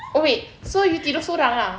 oh wait so you tidur sorang ah